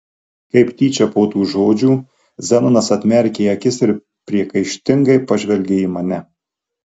kaip tyčia po tų žodžių zenonas atmerkė akis ir priekaištingai pažvelgė į mane